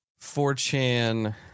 4chan